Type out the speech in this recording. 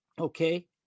Okay